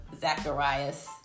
Zacharias